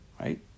Right